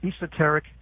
Esoteric